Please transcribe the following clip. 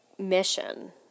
mission